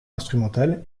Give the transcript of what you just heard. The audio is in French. instrumentale